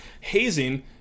hazing